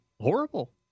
horrible